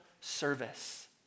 service